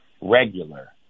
regular